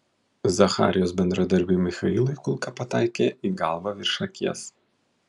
zacharijos bendradarbiui michailui kulka pataikė į galvą virš akies